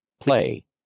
Play